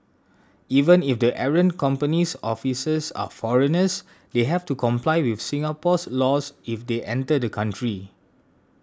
even if the errant company's officers are foreigners they have to comply with Singapore's laws if they enter the country